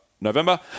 November